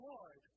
Lord